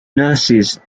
nurses